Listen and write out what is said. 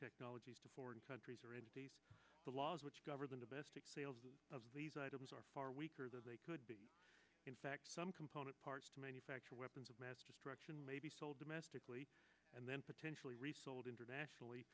technologies to foreign countries or entities the laws which govern domestic sales of these items are far weaker than they could be in fact some component parts to manufacture weapons of mass destruction may be sold domestically and then potentially resold internationally